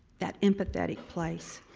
that empathetic place.